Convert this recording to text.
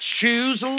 choose